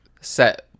set